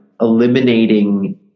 eliminating